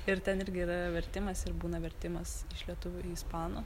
ir ten irgi yra vertimas ir būna vertimas iš lietuvių į ispanų